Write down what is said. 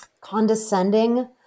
condescending